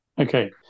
Okay